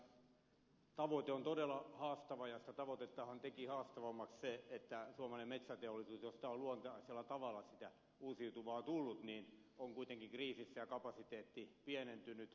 uusiutuvan energian tavoite on todella haastava ja sitä tavoitettahan teki haastavammaksi se että suomalainen metsäteollisuus josta on luontaisella tavalla sitä uusiutuvaa tullut on kuitenkin kriisissä ja sen kapasiteetti on pienentynyt